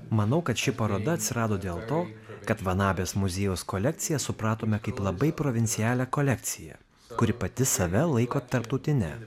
manau kad ši paroda atsirado dėl to kad van abės muziejaus kolekciją supratome kaip labai provincialią kolekciją kuri pati save laiko tarptautine